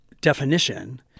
definition